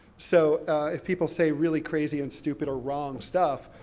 so if people say really crazy and stupid, or wrong stuff,